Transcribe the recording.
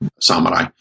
samurai